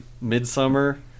midsummer